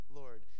lord